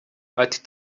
ati